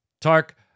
Tark